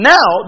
Now